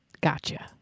Gotcha